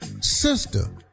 Sister